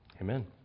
amen